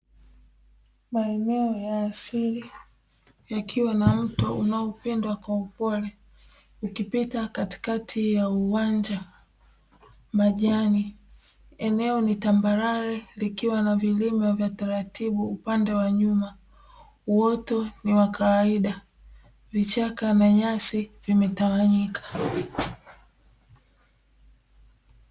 Maeneo ya asili, yakiwa na mto unaopinda kwa upole ukipita katikakati ya uwanja wa majani. Eneo ni tambarare likiwa na vilima vya taratibu upande wa nyuma, uoto ni wa kawaida, vichaka na nyasi vimetawanyika.